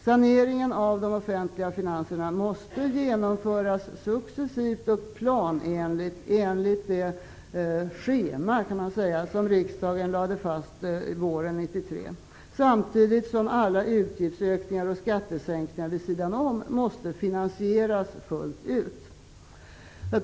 Saneringen av de offentliga finanserna måste genomföras successivt och planenligt -- enligt det schema, kan man säga, som riksdagen lade fast våren 1993 -- samtidigt som alla utgiftsökningar och skattesänkningar vid sidan om måste finansieras fullt ut.